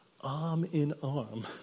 arm-in-arm